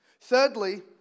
Thirdly